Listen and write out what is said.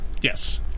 yes